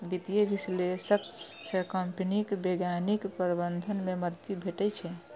वित्तीय विश्लेषक सं कंपनीक वैज्ञानिक प्रबंधन मे मदति भेटै छै